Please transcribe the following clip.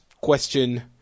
question